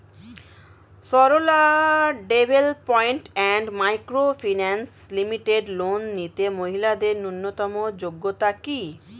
Sarala development and micro finance limited loan নিতে মহিলাদের ন্যূনতম যোগ্যতা কী?